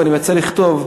ואני מציע לכתוב,